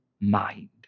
mind